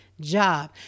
job